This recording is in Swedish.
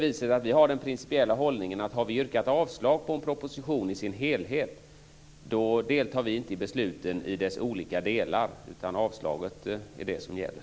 Vi har den principiella hållningen att har vi yrkat avslag på en proposition i dess helhet deltar vi inte i besluten i dess olika delar, utan avslaget är det som gäller.